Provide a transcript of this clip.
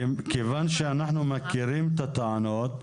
כיוון שאנחנו מכירים את הטענות,